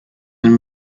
and